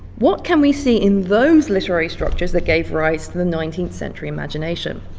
what can we see in those literary structures that gave rise to the nineteenth century imagination?